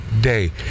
day